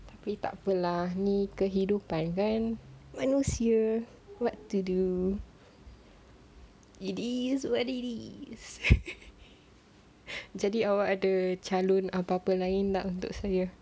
tapi tak apa lah ni kehidupan kan manusia what to do it is what it is jadi awak ada calon apa-apa lain tak untuk saya